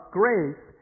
grace